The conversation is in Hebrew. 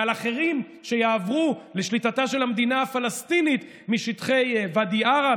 ועל אחרים שיעברו לשליטתה של המדינה הפלסטינית משטחי ואדי עארה,